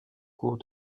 cours